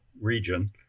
region